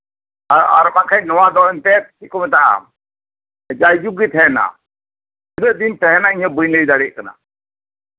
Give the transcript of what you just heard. ᱦᱮᱸ ᱟᱨ ᱵᱟᱝᱠᱷᱟᱡ ᱱᱚᱣᱟ ᱫᱚ ᱮᱱᱛᱮᱫ ᱪᱮᱫ ᱠᱚ ᱢᱮᱛᱟᱜᱼᱟ ᱡᱟᱭᱡᱩᱜᱽ ᱜᱮ ᱛᱟᱦᱮᱸᱱᱟ ᱛᱤᱱᱟᱹᱜ ᱫᱤᱱ ᱛᱟᱦᱮᱸᱱᱟ ᱤᱧ ᱦᱚᱸ ᱵᱟᱹᱧ ᱞᱟᱹᱭ ᱫᱟᱲᱮᱭᱟᱜ ᱠᱟᱱᱟ